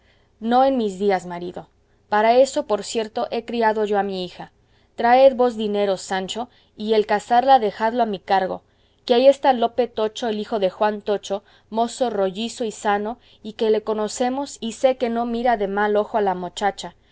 no en mis días marido para eso por cierto he criado yo a mi hija traed vos dineros sancho y el casarla dejadlo a mi cargo que ahí está lope tocho el hijo de juan tocho mozo rollizo y sano y que le conocemos y sé que no mira de mal ojo a la mochacha